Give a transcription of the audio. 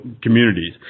communities